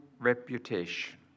reputation